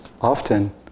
often